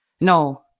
No